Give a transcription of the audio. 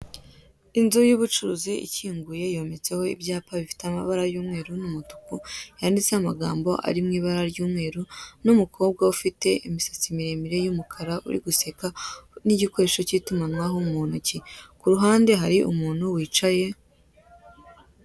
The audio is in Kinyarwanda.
Inzu y'ubucuruzi ikinguye yometseho ibyapa bifite amabara y'umweru n'umutuku, yanditseho amagambo ari mu ibara ry'umweru, n'umukobwa ufite imisatsi miremire y'umukara, uri guseka, n'igikoresho cy'itumanaho mu ntoki. Ku ruhande hari umuntu wicaye.